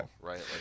right